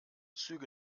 züge